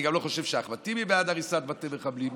אני גם לא חושב שאחמד טיבי בעד הריסת בתי מחבלים,